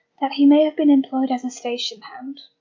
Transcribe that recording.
that he may have been employed as a station hand.